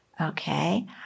okay